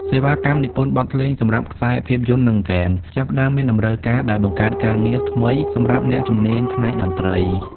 សេវាកម្មនិពន្ធបទភ្លេងសម្រាប់ខ្សែភាពយន្ត និងហ្គេម ចាប់ផ្តើមមានតម្រូវការ ដែលបង្កើតការងារថ្មីសម្រាប់អ្នកជំនាញផ្នែកតន្ត្រី។